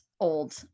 old